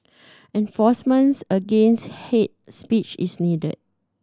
enforcement against hate speech is needed